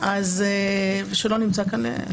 שלא נמצא כאן.